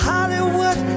Hollywood